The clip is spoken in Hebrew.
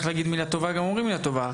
כשצריך להגיד מילה טובה אומרים מילה טובה.